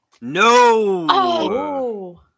No